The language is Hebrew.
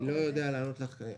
אני לא יודע לענות לך כרגע.